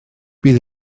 bydd